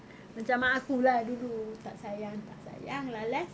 macam mak aku lah dulu tak sayang tak sayang last last